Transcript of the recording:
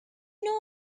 know